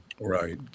right